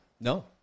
No